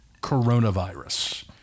coronavirus